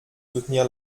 soutenir